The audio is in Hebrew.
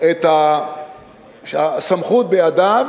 הסמכות בידיו,